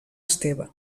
esteve